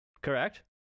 Correct